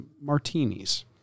martinis